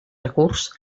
recurs